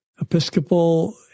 Episcopal